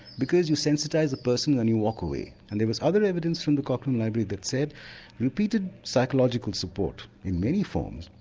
because you sensitise a person and you walk away and there was other evidence from the cochrane library that said repeated psychological support in many forms,